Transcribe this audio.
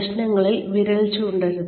പ്രശ്നങ്ങളിൽ വിരൽ ചൂണ്ടരുത്